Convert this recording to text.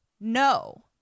No